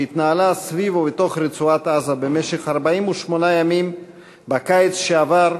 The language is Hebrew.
שהתנהלה סביב ובתוך רצועת-עזה במשך 48 ימים בקיץ שעבר,